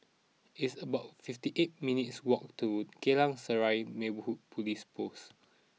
it's about fifty eight minutes' walk to Geylang Serai Neighbourhood Police Post